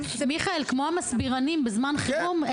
מיכאל, זה כמו המסבירים בזמן חירום.